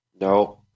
No